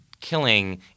killing